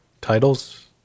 titles